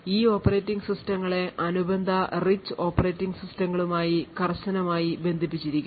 ഈ ഓപ്പറേറ്റിംഗ് സിസ്റ്റങ്ങളെ അനുബന്ധ rich ഓപ്പറേറ്റിംഗ് സിസ്റ്റങ്ങളുമായി കർശനമായി ബന്ധിപ്പിച്ചിരിക്കുന്നു